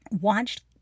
watched